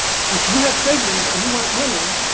if you have treasurys and you want money,